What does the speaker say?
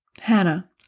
Hannah